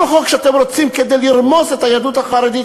כל חוק שאתם רוצים כדי לרמוס את היהדות החרדית,